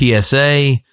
PSA